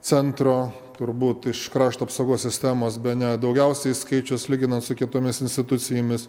centro turbūt iš krašto apsaugos sistemos bene daugiausiai skaičius lyginant su kitomis institucijomis